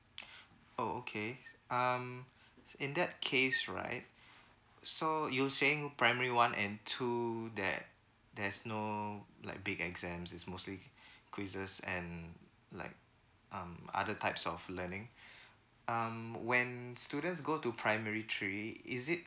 oh okay um in that case right so you saying primary one and two that there's no like big exams is mostly quizzes and like um other types of learning um when students go to primary three is it